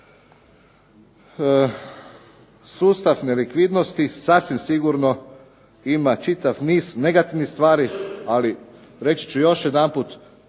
Sustav nelikvidnosti sasvim sigurno ima čitav niz negativnih stvari. Ali reći ću još jedanput,